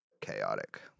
chaotic